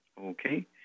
okay